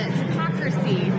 hypocrisy